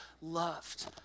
loved